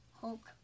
Hulk